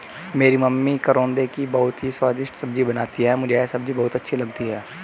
मेरी मम्मी करौंदे की बहुत ही स्वादिष्ट सब्जी बनाती हैं मुझे यह सब्जी बहुत अच्छी लगती है